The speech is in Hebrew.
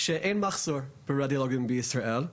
אין מחסור ברדיולוגים בישראל.